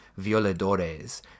Violadores